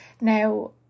Now